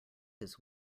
his